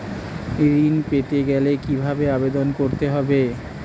ঋণ পেতে গেলে কিভাবে আবেদন করতে হবে?